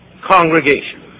congregation